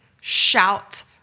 shout